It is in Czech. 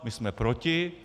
My jsme proti.